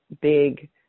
big